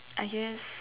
I just